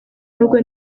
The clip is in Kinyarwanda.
nubwo